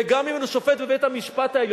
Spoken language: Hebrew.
וגם אם הוא שופט בבית-המשפט העליון.